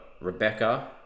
Rebecca